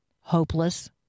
hopeless